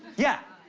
yeah,